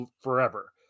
forever